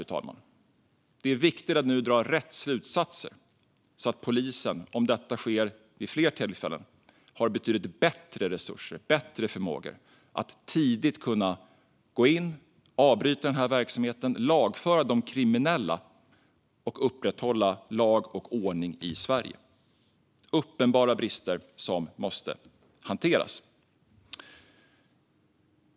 Det är viktigt att nu dra rätt slutsatser så att polisen om detta sker vid fler tillfällen har betydligt bättre resurser och bättre förmåga att tidigt gå in, avbryta den här verksamheten, lagföra de kriminella och upprätthålla lag och ordning i Sverige. Här finns det uppenbara brister som måste hanteras.